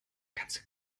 ganze